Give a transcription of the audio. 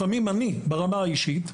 לפעמים אני ברמה האישית,